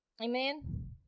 Amen